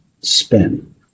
spin